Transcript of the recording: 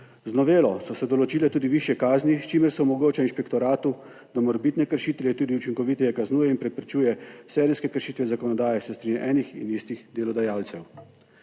Z novelo so se določile tudi višje kazni, s čimer se omogoča inšpektoratu, da morebitne kršitelje tudi učinkoviteje kaznuje in preprečuje serijske kršitve zakonodaje s strani enih in istih delodajalcev.